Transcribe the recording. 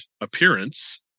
appearance